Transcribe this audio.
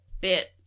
bit